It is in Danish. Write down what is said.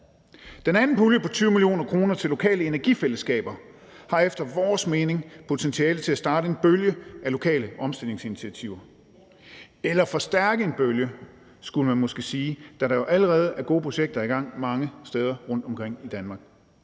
Den anden pulje på 20 mio. kr. til lokale energifællesskaber har efter vores mening potentiale til at starte en bølge af lokale omstillingsinitiativer – eller forstærke en bølge, skulle man måske sige, da der jo allerede er gode projekter i gang mange steder rundtomkring i Danmark.